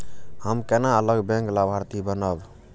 हम केना अलग बैंक लाभार्थी बनब?